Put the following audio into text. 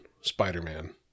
Spider-Man